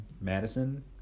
Madison